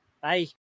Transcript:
Bye